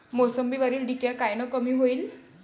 मोसंबीवरील डिक्या कायनं कमी होईल?